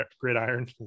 Gridiron